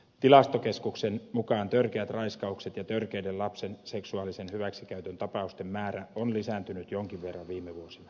tilastokeskuksen mukaan törkeät raiskaukset ja törkeiden lapsen seksuaalisen hyväksikäytön tapausten määrä on lisääntynyt jonkin verran viime vuosina